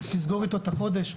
לסגור איתו את החודש.